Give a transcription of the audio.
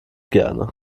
gerne